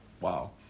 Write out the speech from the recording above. Wow